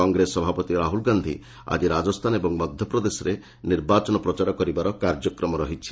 କଂଗ୍ରେସ ସଭାପତି ରାହୁଲ ଗାନ୍ଧି ଆଜି ରାଜସ୍ଥାନ ଓ ମଧ୍ୟପ୍ରଦେଶରେ ନିର୍ବାଚନ ପ୍ରଚାର କରିବାର କାର୍ଯ୍ୟକ୍ରମ ରହିଛି